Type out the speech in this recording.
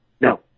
No